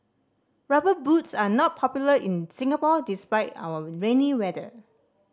Rubber Boots are not popular in Singapore despite our rainy weather